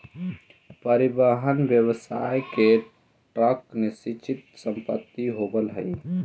परिवहन व्यवसाय में ट्रक निश्चित संपत्ति होवऽ हई